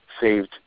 saved